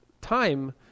time